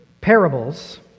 parables